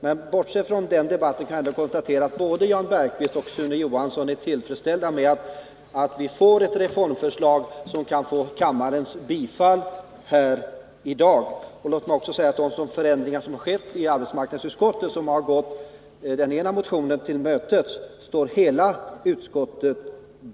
Men bortsett från den debatten kan jag konstatera att både Jan Bergqvist och Sune Johansson är tillfredsställda med att vi får ett reformförslag, som kan vinna kammarens bifall här i dag. Låt mig också säga att hela arbetsmarknadsutskottet står bakom de förändringar som har skett i utskottet, som har gått den ena motionen till mötes. Herr talman!